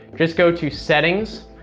just go to settings,